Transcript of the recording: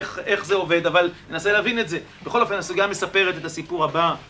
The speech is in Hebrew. איך זה עובד, אבל ננסה להבין את זה. בכל אופן, הסוגיה מספרת את הסיפור הבא.